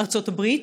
ארצות הברית,